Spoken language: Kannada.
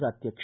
ಪ್ರಾತ್ಮಕ್ಷ